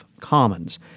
Commons